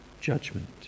judgment